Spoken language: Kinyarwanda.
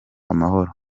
amahoro